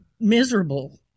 miserable